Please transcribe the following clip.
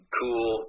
cool